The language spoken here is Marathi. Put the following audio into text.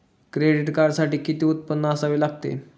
क्रेडिट कार्डसाठी किती उत्पन्न असावे लागते?